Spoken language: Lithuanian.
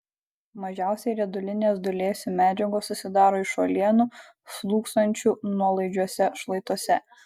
mažiausiai riedulinės dūlėsių medžiagos susidaro iš uolienų slūgsančių nuolaidžiuose šlaituose